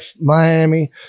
Miami